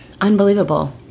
Unbelievable